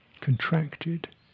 contracted